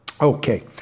Okay